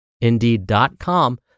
Indeed.com